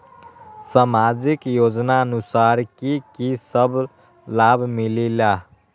समाजिक योजनानुसार कि कि सब लाब मिलीला?